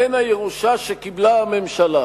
בין הירושה שקיבלה הממשלה